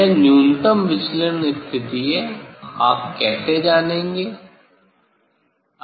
यह न्यूनतम विचलन स्थिति है आप कैसे जानेंगे